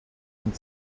und